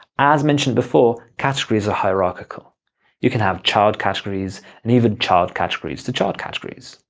as mentioned before, categories are hierarchical you can have child categories, and even child categories to child categories.